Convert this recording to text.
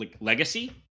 legacy